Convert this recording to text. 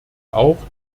auch